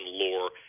lore